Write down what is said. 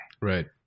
Right